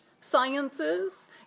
sciences